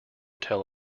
tell